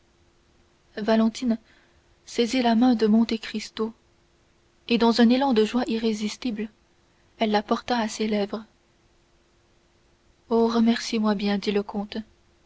valentine saisit la main de monte cristo et dans un élan de joie irrésistible elle la porta à ses lèvres oh remerciez moi bien dit le comte